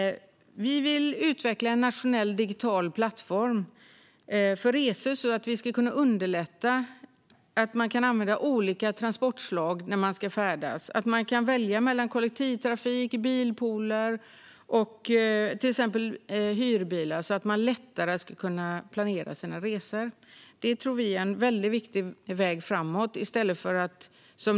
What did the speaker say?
Vi vill utveckla en nationell digital plattform för resor för att underlätta användandet av olika transportslag när man ska färdas någonstans så att man kan välja mellan exempelvis kollektivtrafik, bilpooler och hyrbilar. Då blir det lättare när man planerar sin resa. Det tror vi är en väldigt viktig väg framåt.